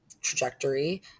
trajectory